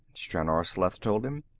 stranor sleth told him.